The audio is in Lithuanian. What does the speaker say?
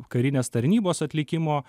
karinės tarnybos atlikimo